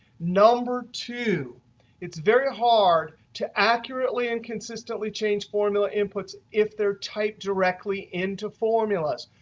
number two it's very hard to accurately and consistently change formula inputs, if they're typed directly into formulas,